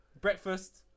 breakfast